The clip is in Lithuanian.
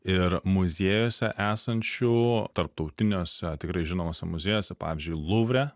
ir muziejuose esančių tarptautiniuose tikrai žinomuose muziejuose pavyzdžiui luvre